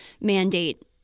mandate